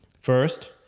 First